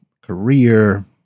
career